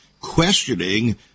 questioning